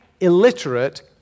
illiterate